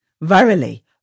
Verily